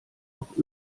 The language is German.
doch